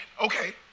okay